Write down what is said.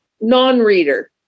non-reader